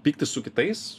pyktis su kitais